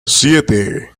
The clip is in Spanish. siete